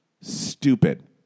stupid